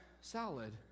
salad